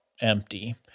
empty